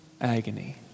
agony